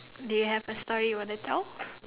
do you have a story you want to tell